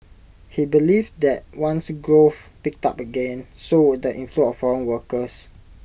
he believed that once growth picked up again so would the inflow of foreign workers